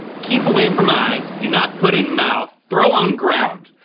keep away from eyes. do not put in mouth. throw on ground.